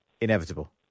inevitable